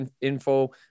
info